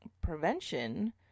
prevention